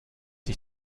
sich